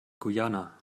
guyana